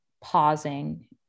pausing